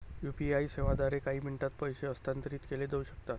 UPI सेवांद्वारे काही मिनिटांत पैसे हस्तांतरित केले जाऊ शकतात